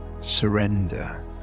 surrender